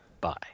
bye